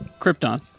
Krypton